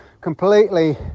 completely